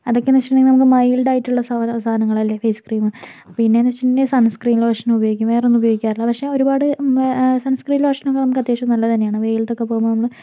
അതൊക്കേന്ന് വെച്ചിട്ടുണ്ടെങ്കിൽ നമുക്ക് മൈൽഡ് ആയിട്ടുള്ള സാധനങ്ങൾ അല്ലേ ഫേസ് ക്രീം പിന്നേന്ന് വെച്ചിട്ടുണ്ടെങ്കിൽ സൺസ്ക്രീൻ ലോഷൻ ഉപയോഗിക്കും വേറൊന്നും ഉപയോഗിക്കാറില്ല പക്ഷേ ഒരുപാട് സൺസ്ക്രീൻ ലോഷൻ ഒക്കേ നമുക്ക് അത്യാവശ്യം നല്ലത് തന്നെയാണ് വെയിലത്തൊക്കേ പോകുമ്പോൾ നമ്മള്